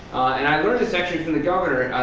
and i learned this actually from the governor.